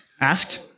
Asked